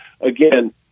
again